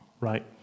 right